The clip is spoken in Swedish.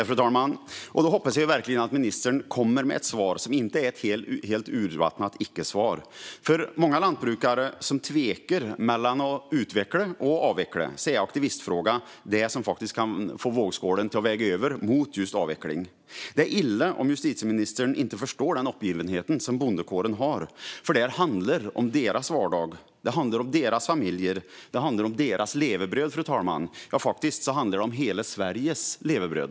Fru talman! Då hoppas jag verkligen att ministern kommer med ett svar som inte är ett helt urvattnat icke-svar. För många lantbrukare som tvekar mellan att utveckla och att avveckla är aktivistfrågan det som faktiskt kan få vågskålen att väga över mot just avveckling. Det är illa om justitieministern inte förstår den uppgivenhet som bondekåren känner. Det här handlar om deras vardag. Det handlar om deras familjer. Det handlar om deras levebröd, fru talman - ja, faktiskt handlar det om hela Sveriges levebröd.